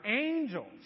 angels